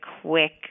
quick